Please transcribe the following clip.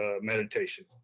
meditation